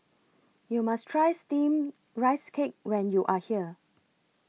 YOU must Try Steamed Rice Cake when YOU Are here